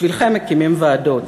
בשבילכם מקימים ועדות.